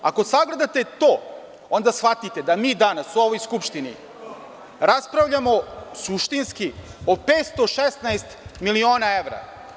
Ako sagledate to onda shvatite da mi danas u ovoj Skupštini raspravljamo suštinski o 516 miliona evra.